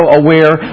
aware